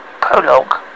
prologue